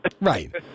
Right